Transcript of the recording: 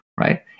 right